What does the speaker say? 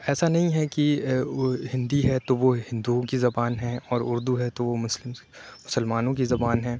ایسا نہیں ہے کہ ہندی ہے تو وہ ہندوؤں کی زبان ہے اور اُردو ہے تو وہ مسلمس مسلمانوں کی زبان ہے